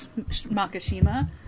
Makashima